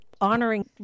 honoring